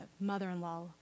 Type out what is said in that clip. mother-in-law